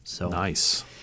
Nice